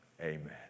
amen